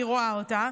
אני רואה אותה.